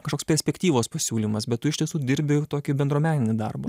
kažkoks perspektyvos pasiūlymas bet tu iš tiesų dirbi tokį bendruomeninį darbą